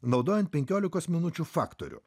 naudojant penkiolikos minučių faktorių